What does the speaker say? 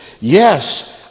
Yes